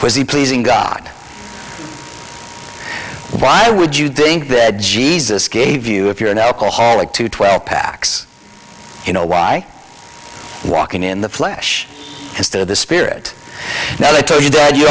was the pleasing god why would you think that jesus gave you if you're an alcoholic to twelve packs you know why walking in the flesh instead of the spirit now they tell you that you